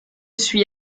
suis